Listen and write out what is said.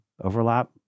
overlap